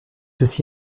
aussi